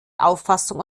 auffassung